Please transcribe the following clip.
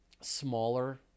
smaller